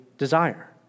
desire